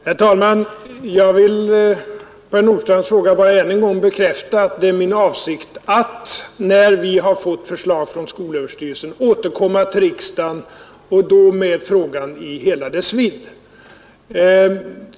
Herr talman! Jag vill på herr Nordstrandhs fråga bara än en gång bekräfta att det är min avsikt att när vi fått förslag från skolöverstyrelsen återkomma till riksdagen med frågan i hela dess vidd.